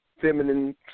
feminine